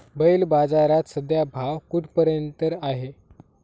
बैल बाजारात सध्या भाव कुठपर्यंत आहे?